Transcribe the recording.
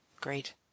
Great